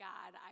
God